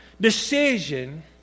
decision